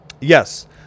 Yes